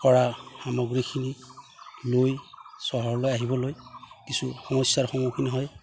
কৰা সামগ্ৰীখিনি লৈ চহৰলৈ আহিবলৈ কিছু সমস্যাৰ সন্মুখীন হয়